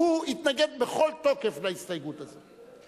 התנגד בכל תוקף להסתייגות הזאת.